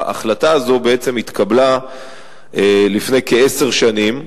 ההחלטה הזאת בעצם התקבלה לפני כעשר שנים,